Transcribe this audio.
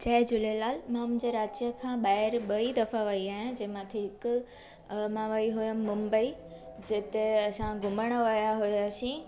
जय झूलेलाल मां मुंहिंजे राज्य खां ॿाहिरि ॿई दफ़ा वई आहियां जंहिं मां थी हिकु अ मां वई हुयमि मुंबई जिते असां घुमणु विया हुआसीं